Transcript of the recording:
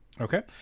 Okay